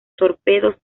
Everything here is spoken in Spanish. torpedos